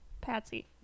Patsy